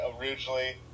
originally